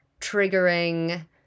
triggering